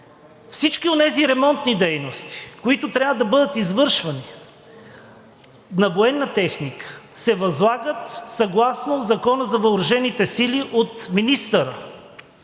Всички онези ремонтни дейности, които трябва да бъдат извършвани на военна техника, се възлагат съгласно Закона за въоръжените сили от министъра